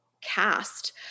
cast